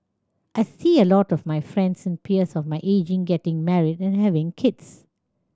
I see a lot of my friends and peers of my age getting married and having kids